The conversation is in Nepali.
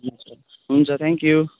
हुन्छ हुन्छ थ्याङ्क यु